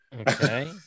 okay